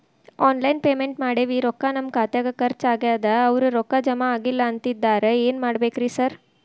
Online payment ಮಾಡೇವಿ ರೊಕ್ಕಾ ನಮ್ ಖಾತ್ಯಾಗ ಖರ್ಚ್ ಆಗ್ಯಾದ ಅವ್ರ್ ರೊಕ್ಕ ಜಮಾ ಆಗಿಲ್ಲ ಅಂತಿದ್ದಾರ ಏನ್ ಮಾಡ್ಬೇಕ್ರಿ ಸರ್?